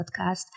podcast